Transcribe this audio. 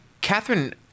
Catherine